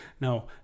No